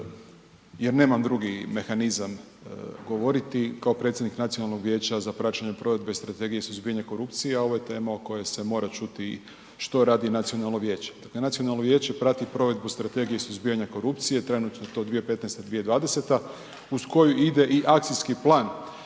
jer nemam drugi mehanizam govoriti kao predsjednik Nacionalnog vijeća za praćenje provedbe strategije za suzbijanje korupcije, a ovo je tema o kojoj se mora čuti što radi nacionalno vijeće. Dakle, nacionalno vijeće prati provedbu strategije i suzbijanja korupcije, trenutno je to 2015.-2020. uz koju ide i akcijski plan